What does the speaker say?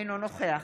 אינו נוכח